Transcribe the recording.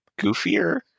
goofier